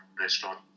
restaurant